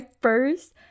first